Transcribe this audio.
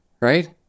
right